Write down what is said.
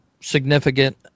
significant